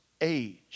age